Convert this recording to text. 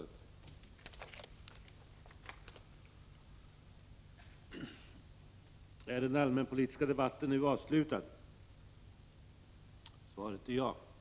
16 oktober 1985